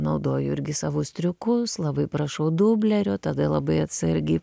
naudoju irgi savus triukus labai prašau dublerio tada labai atsargiai